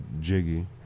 jiggy